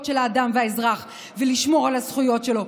של האדם והאזרח ולשמור על הזכויות שלו.